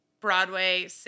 Broadway